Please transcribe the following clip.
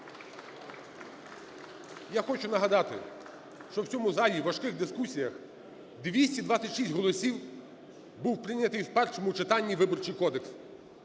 Я хочу нагадати, що в цьому залі у важких дискусіях у 226 голосів був прийнятий в першому читанні Виборчий кодекс.